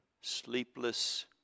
sleepless